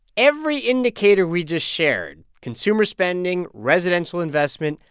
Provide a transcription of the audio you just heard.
every indicator we just shared consumer spending, residential investment,